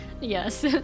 Yes